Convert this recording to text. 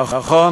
נכון,